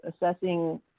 assessing